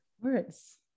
words